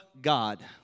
God